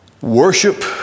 Worship